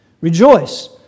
Rejoice